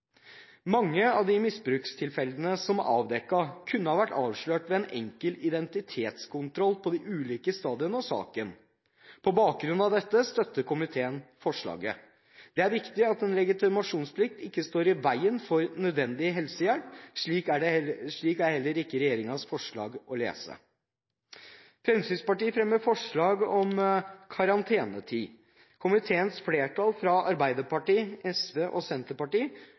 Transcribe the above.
Mange av de misbrukstilfellene som er avdekket, kunne ha vært avslørt ved en enkel identitetskontroll på de ulike stadiene av saken. På bakgrunn av dette støtter komiteen forslaget. Det er viktig at en legitimasjonsplikt ikke står i veien for nødvendig helsehjelp. Slik er heller ikke regjeringens forslag å lese. Fremskrittspartiet fremmer forslag om karantenetid. Komiteens flertall, fra Arbeiderpartiet, SV og Senterpartiet